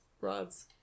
rods